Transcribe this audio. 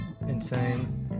insane